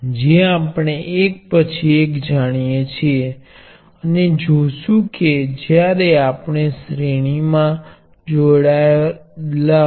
તેથી એકવાર તમે દરેક પરિણામની જેમ કંઈક કરવાની આદત મેળવી લો કે તમે જાણો છો કે તમારી પાછળ તમારી પાસે તર્ક છે અને તે કહે છે તમારી પાસે પરિણામ સાબિત કરવાની એક રીત છે